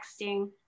texting